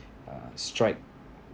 uh strike